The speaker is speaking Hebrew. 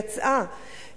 יצאה.